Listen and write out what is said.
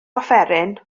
offeryn